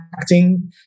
acting